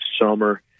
summer